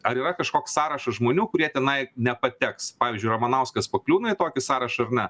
ar yra kažkoks sąrašas žmonių kurie tenai nepateks pavyzdžiui ramanauskas pakliūna į tokį sąrašą ar ne